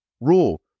rule